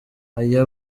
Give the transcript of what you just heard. oya